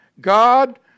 God